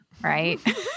Right